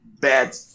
bad